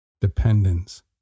dependence